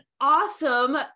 awesome